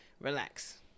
relax